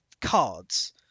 cards